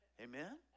Amen